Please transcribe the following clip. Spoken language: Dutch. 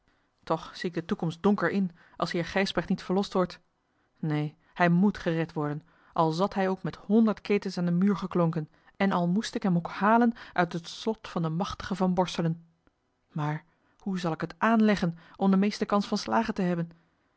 toch zie ik de toekomst donker in als heer gijsbrecht niet verlost wordt neen hij mèt gered worden al zat hij ook met honderd ketens aan den muur geklonken en al moest ik hem ook halen uit het slot van den machtigen van borselen maar hoe zal ik het aanleggen om de meeste kans van slagen te hebben